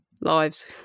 lives